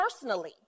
personally